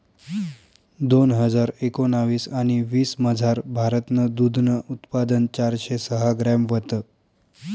दोन हजार एकोणाविस आणि वीसमझार, भारतनं दूधनं उत्पादन चारशे सहा ग्रॅम व्हतं